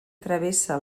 travessa